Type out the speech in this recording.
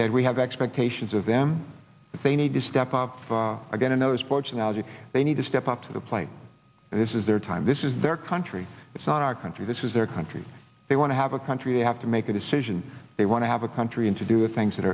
that we have expectations of them that they need to step up again and i was poaching algy they need to step up to the plate and this is their time this is their country it's not our country this is their country they want to have a country they have to make a decision they want to have a country and to do the things that